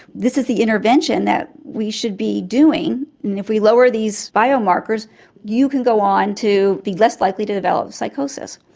this is the intervention that we should be doing, and if we lower these biomarkers you can go on to be less likely to develop psychosis.